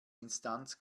instanz